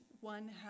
one